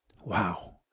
Wow